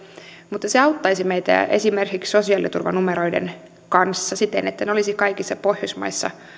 mutta se auttaisi meitä esimerkiksi sosiaaliturvanumeroiden kanssa se että ne olisivat kaikissa pohjoismaissa